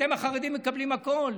אתם החרדים מקבלים הכול.